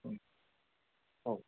ओ